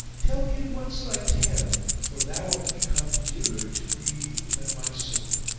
tell me at once thy tale, for thou art become dearer to me than my soul.